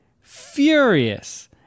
Furious